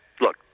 look